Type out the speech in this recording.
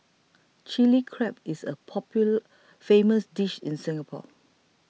Chilli Crab is a popular famous dish in Singapore